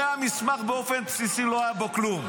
הרי במסמך באופן בסיסי לא היה כלום.